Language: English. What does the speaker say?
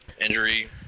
injury